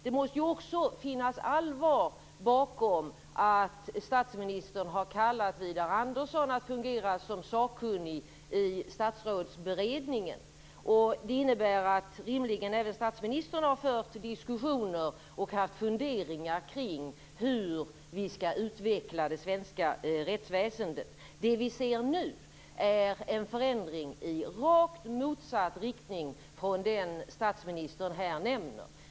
Det måste ju också ligga något allvar bakom att statsministern har kallat Widar Andersson att fungera som sakkunnig i Statsrådsberedningen. Det innebär rimligen att även statsministern har fört diskussioner och haft funderingar kring hur vi skall utveckla det svenska rättsväsendet. Det vi ser nu är en förändring i rakt motsatt riktning i förhållande till det som statsministern här nämner.